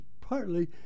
partly